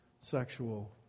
sexual